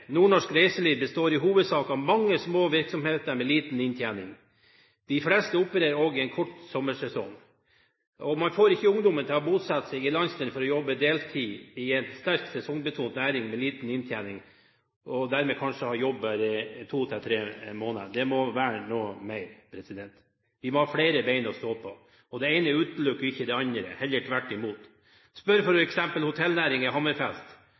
Nordnorsk reiseliv består i hovedsak av mange små virksomheter med liten inntjening. De fleste opererer også en kort sommersesong. Man får ikke ungdommen til å bosette seg i landsdelen for å jobbe deltid i en sterkt sesongbetont næring med liten inntjening, siden man dermed kanskje har jobb i bare to–tre måneder. Det må være noe mer; vi må ha flere bein å stå på. Det ene utelukker ikke det andre – heller tvert imot. Spør f.eks. hotellnæringen i Hammerfest om hva anlegget på Melkøya betyr for